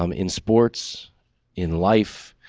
um in sports in life.